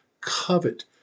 covet